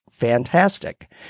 Fantastic